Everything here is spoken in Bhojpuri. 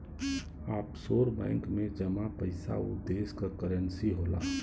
ऑफशोर बैंक में जमा पइसा उ देश क करेंसी होला